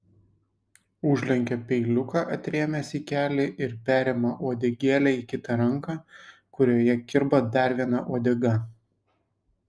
užlenkia peiliuką atrėmęs į kelį ir perima uodegėlę į kitą ranką kurioje kirba dar viena uodega